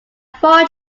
four